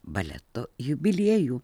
baleto jubiliejų